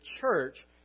church